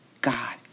God